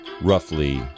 roughly